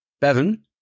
Bevan